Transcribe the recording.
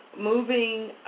moving